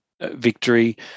victory